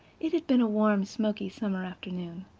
it had been a warm, smoky summer afternoon.